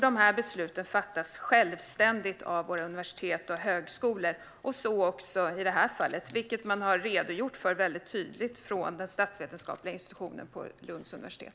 De här besluten fattas självständigt av våra universitet och högskolor, så också i det här fallet, vilket man har redogjort för väldigt tydligt från den statsvetenskapliga institutionen på Lunds universitet.